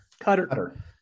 cutter